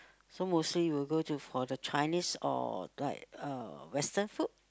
so mostly we will go to for the Chinese or like uh Western food